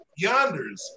yonders